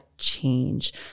change